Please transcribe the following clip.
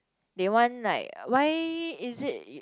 they want like why is it